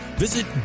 Visit